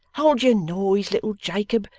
hold your noise, little jacob.